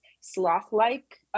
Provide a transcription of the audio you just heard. sloth-like